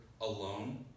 alone